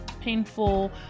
painful